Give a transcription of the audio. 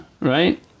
right